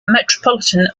metropolitan